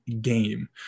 game